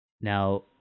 now